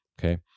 Okay